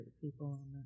people